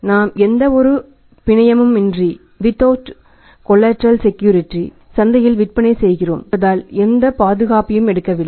நாம் without collateral security சந்தையில் விற்பனை செய்கிறோம் என்பதால் எந்த பாதுகாப்பையும் எடுக்கவில்லை